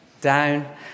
down